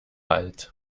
alt